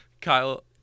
Kyle